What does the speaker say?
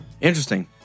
Interesting